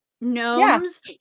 gnomes